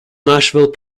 nashville